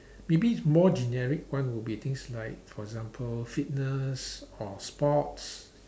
maybe it's more generic one will be things like for example fitness or sports